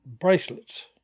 bracelets